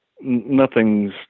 nothing's